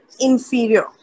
inferior